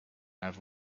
have